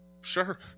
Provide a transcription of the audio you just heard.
Sure